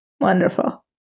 Wonderful